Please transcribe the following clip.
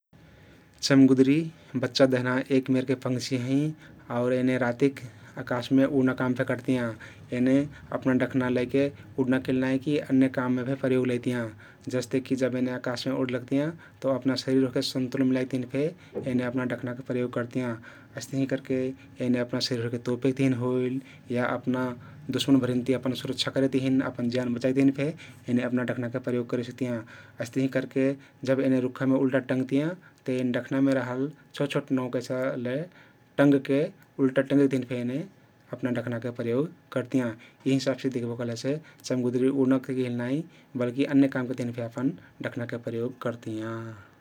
चम्गुद्री बच्चा देहना एक मेरके पंछी हँइ आउर एने रातिक अकाशमे उड्ना काम फेक करतियाँ । एने अपना डख्ना लैके उड्ना काम केल नाई कीअन्य काममे फेक प्रयोग लैतियाँ । जस्तेकी जब एने अकाशमे उडे लग्तियाँ तउ अपना शरिर ओहके सन्तुलन मिलाइक तहिन फेक एने अपना डखनक प्रयोग करतियाँ । हइस्तहिं करके एने अपना शरिर तोपेक तहिन होइल या अपना दुश्मन भरिनति अपना सुरक्षा करे तहिन अपन ज्यान बचाइक तहिन फे एने अपना डखना प्रयोग करेसिक्तियाँ । अइस्तहिं करके जब एने रुख्खामे उल्टउ टँग्तियाँ ते एन डखनामे रहल छोट छोट नउँह कैसाले टँगके उल्टा टँगेक तहिन फे एने अपना ढखनाके प्रयोग करतियाँ । यी हिसाबति दिख्बो कहलेसे चम्गुदरी उड्ना केल नाई बलकी अन्य कामके तहिन फे अपन डखनाके प्रयोग करतियाँ ।